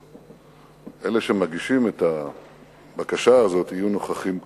שאלה שמבקשים את הבקשה הזאת יהיו נוכחים כאן.